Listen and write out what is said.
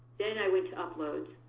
then i went to uploads,